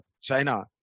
China